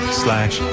slash